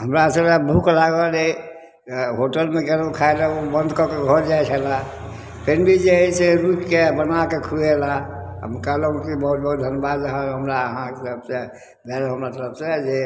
हमरा सभके भुख लागल रहै होटलमे गेलहुॅं खाइ लऽ ओ बन्द कऽ कऽ घर जाइ छलै फिथ भी जे हइ से रुकिके बनाके खुएला हम कहलहुॅं कि बहुत बहुत धनबाद अहाँके हमरा अहाँके तरफ से हमरा तरफ से जे